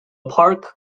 park